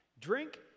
Drink